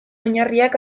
oinarriak